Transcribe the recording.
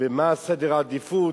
לגבי סדר העדיפויות,